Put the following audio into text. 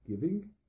giving